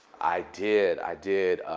i did. i did.